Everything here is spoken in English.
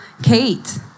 Kate